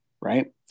right